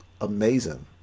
amazing